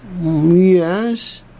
Yes